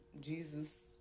jesus